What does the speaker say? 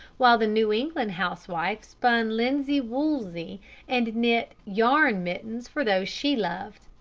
while the new england housewife spun linsey-woolsey and knit yarn mittens for those she loved.